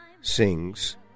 sings